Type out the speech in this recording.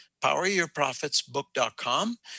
Poweryourprofitsbook.com